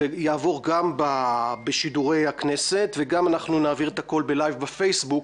זה יעבור גם בשידורי הכנסת וגם אנחנו נעביר את הכול בלייב בפייסבוק.